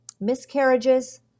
miscarriages